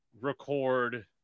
record